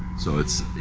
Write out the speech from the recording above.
so it's,